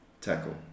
tackle